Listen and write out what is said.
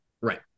Right